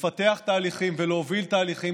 לפתח תהליכים ולהוביל תהליכים,